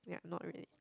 yup not really